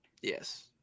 Yes